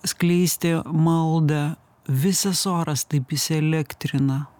skleisti maldą visas oras taip įsielektrina